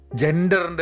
gender